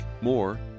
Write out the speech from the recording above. More